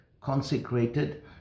consecrated